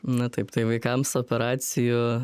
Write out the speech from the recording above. na taip tai vaikams operacijų